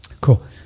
Cool